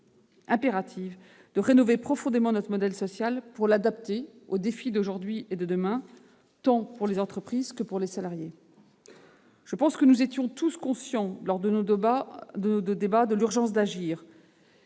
nécessité de rénover profondément notre modèle social pour l'adapter aux défis d'aujourd'hui et de demain, tant pour les entreprises que pour les salariés. Nous étions également tous conscients, lors de nos débats, de l'urgence d'agir,